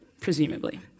Presumably